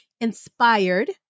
inspired